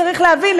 צריך להבין,